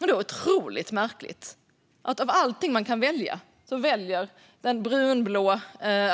Men det är otroligt märkligt att av allt man kan välja väljer det brunblå